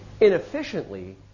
inefficiently